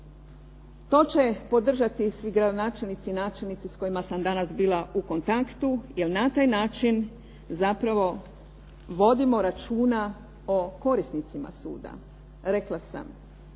To će podržati svi gradonačelnici i načelnici s kojima sam danas bila u kontaktu jer na taj način zapravo vodimo računa o korisnicima suda. Rekla sam,